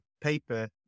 paper